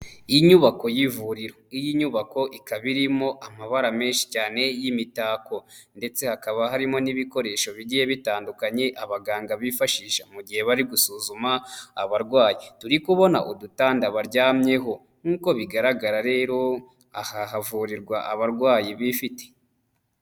Inyubako y'ivuriro iyi nyubako ikaba irimo amabara menshi cyane y'imitako ndetse hakaba harimo n'ibikoresho bigiye bitandukanye abaganga bifashisha mu gihe bari gusuzuma abarwayi, turi kubona udutanda baryamyeho nk'uko bigaragara rero aha havurirwa abarwayi bifite.